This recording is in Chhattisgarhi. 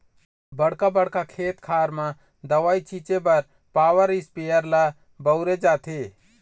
बड़का बड़का खेत खार म दवई छिंचे बर पॉवर इस्पेयर ल बउरे जाथे